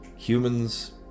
Humans